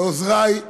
לעוזרי,